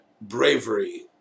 bravery